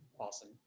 awesome